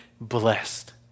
blessed